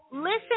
Listen